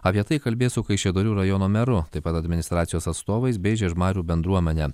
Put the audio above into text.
apie tai kalbės su kaišiadorių rajono meru taip pat administracijos atstovais bei žiežmarių bendruomene